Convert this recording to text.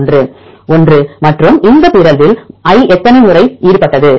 ஒன்று மற்றும் இந்த பிறழ்வில் I எத்தனை பேர் ஈடுபட்டது